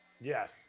Yes